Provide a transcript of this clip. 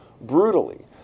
brutally